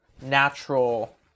natural